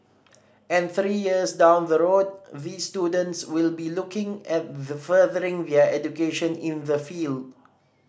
and three years down the road these students will be looking at the furthering their education in the field